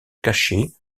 cacher